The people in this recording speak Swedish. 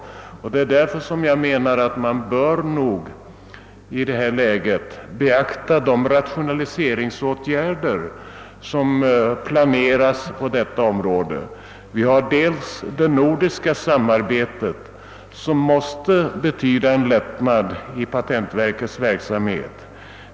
Därför bör man nog i detta läge främst lita till de rationaliseringsåtgärder som planeras på detta område. Det nordiska samarbetet exempelvis måste betyda en lättnad i patentverkets verksamhet.